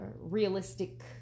realistic